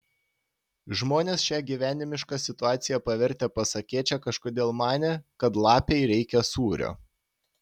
žmonės šią gyvenimišką situaciją pavertę pasakėčia kažkodėl manė kad lapei reikia sūrio